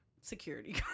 security